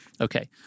Okay